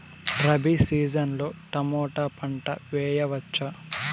Rabi season లో tomato పంట వేయవచ్చా?